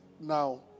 now